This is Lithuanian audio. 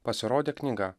pasirodė knyga